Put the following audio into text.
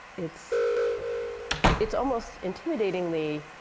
it's it's almost intimidatingly